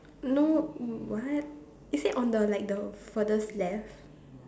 no what is it on the like the furthest left